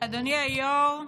אדוני היושב-ראש,